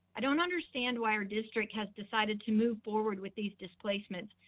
i don't understand why our district has decided to move forward with these displacements,